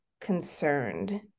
concerned